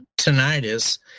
tinnitus